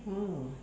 oh